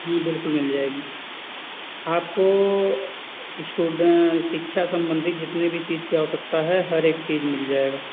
जी बिल्कुल मिल जाएगी आपको इस्टुड शिक्षा संबंधी जितने भी चीज की आवश्यकता है हर एक चीज मिल जाएगा